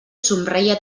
somreia